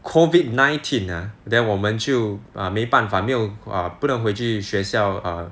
COVID nineteen ah then 我们就 err 没办法没有 err 不能回去学校 err